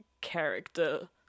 character